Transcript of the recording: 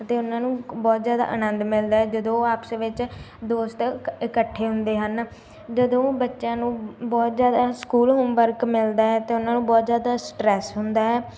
ਅਤੇ ਉਹਨਾਂ ਨੂੰ ਬਹੁਤ ਜ਼ਿਆਦਾ ਆਨੰਦ ਮਿਲਦਾ ਹੈ ਜਦੋਂ ਉਹ ਆਪਸ ਵਿੱਚ ਦੋਸਤ ਇਕੱਠੇ ਹੁੰਦੇ ਹਨ ਜਦੋਂ ਬੱਚਿਆਂ ਨੂੰ ਬਹੁਤ ਜ਼ਿਆਦਾ ਸਕੂਲ ਹੋਮਵਰਕ ਮਿਲਦਾ ਹੈ ਤਾਂ ਉਹਨਾਂ ਨੂੰ ਬਹੁਤ ਜ਼ਿਆਦਾ ਸਟਰੈਸ ਹੁੰਦਾ ਹੈ